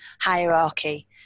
hierarchy